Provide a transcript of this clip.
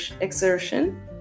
exertion